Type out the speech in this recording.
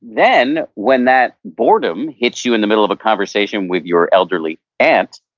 then when that boredom hits you in the middle of a conversation with your elderly aunt,